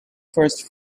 first